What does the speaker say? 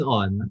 on